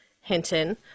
Hinton